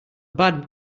bad